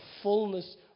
fullness